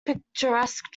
picturesque